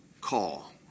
call